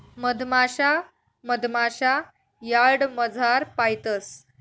मधमाशा मधमाशा यार्डमझार पायतंस